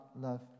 love